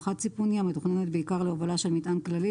חד-סיפוני המתוכננת בעיקר להובלה של מטען כללי,